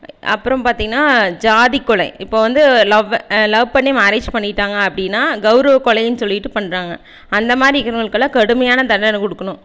அப்புறம் பார்த்தீங்கனா ஜாதி கொலை இப்போ வந்து லவ் லவ் பண்ணி மேரேஜ் பண்ணிவிட்டாங்க அப்படினா கெளரவ கொலைன்னு சொல்லிவிட்டு பண்ணுறாங்க அந்த மாரி இருக்குறவங்களுக்கெல்லாம் கடுமையான தண்டனை கொடுக்கனும்